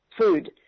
food